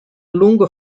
lungo